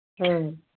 ꯑꯥ